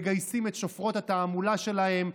מגייסים את שופרות התעמולה שלהם,